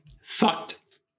fucked